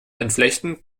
entflechten